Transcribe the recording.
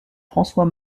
françois